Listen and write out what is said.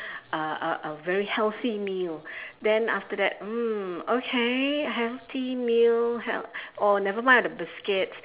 a a a very healthy meal then after that mm okay healthy meal health~ or nevermind all the biscuits